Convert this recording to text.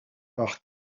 par